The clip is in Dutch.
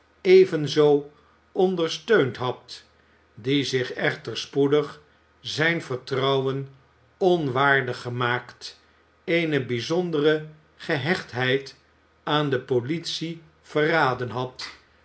evenzoo ondersteund had die zich echter spoedig zijn vertrouwen onwaardig gemaakt eene bijzondere gehechtheid aan de politie verraden had